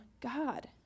God